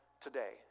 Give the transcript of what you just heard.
today